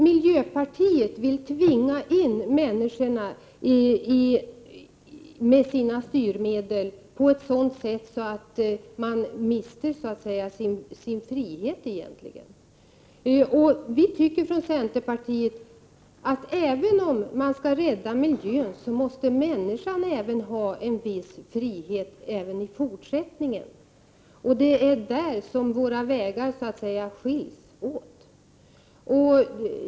Miljöpartiet vill med styrmedel tvinga människor på ett sådant sätt att de egentligen mister sin frihet. Vi tycker i centerpartiet att även om man skall rädda miljön måste människan ha en viss frihet också i fortsättningen, och det är där våra vägar skiljs åt.